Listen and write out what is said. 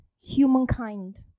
humankind